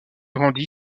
agrandi